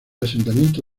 asentamiento